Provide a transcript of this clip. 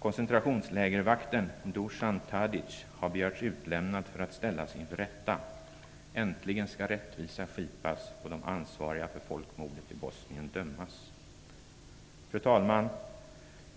Koncentrationslägervakten Dusan Tadic har begärts utlämnad för att ställas inför rätta. Äntligen skall rättvisa skipas och de ansvariga för folkmordet i Bosnien dömas. Fru talman!